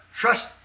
Trust